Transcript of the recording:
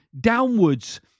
downwards